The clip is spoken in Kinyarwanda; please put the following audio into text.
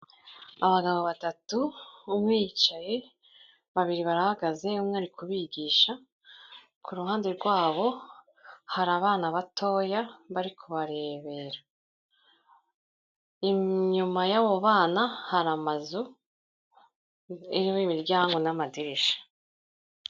Abagabo batatu umwe aricaye babiri barahagaze umwe ari kubigisha, kuruhande rwabo hari abana batoya bari kubarebera, inyuma y'abo bana hari amazu arimo imiryango n'amadirishya.